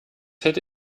hätte